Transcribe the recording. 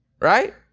right